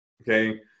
Okay